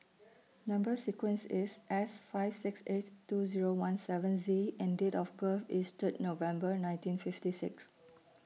Number sequence IS S five six eight two Zero one seven Z and Date of birth IS Third November nineteen fifty six